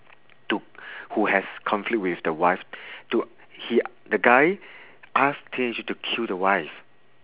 to who has conflict with the wife to he the guy ask teenager to kill the wife